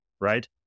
right